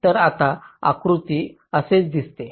तर आता आकृती असेच दिसेल